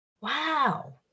Wow